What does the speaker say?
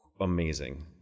amazing